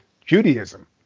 Judaism